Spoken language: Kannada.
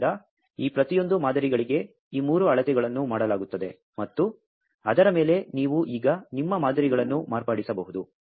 ಆದ್ದರಿಂದ ಈ ಪ್ರತಿಯೊಂದು ಮಾದರಿಗಳಿಗೆ ಈ ಮೂರು ಅಳತೆಗಳನ್ನು ಮಾಡಲಾಗುತ್ತದೆ ಮತ್ತು ಅದರ ಮೇಲೆ ನೀವು ಈಗ ನಿಮ್ಮ ಮಾದರಿಗಳನ್ನು ಮಾರ್ಪಡಿಸಬಹುದು